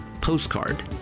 postcard